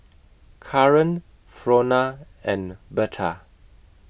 Kaaren Frona and Berta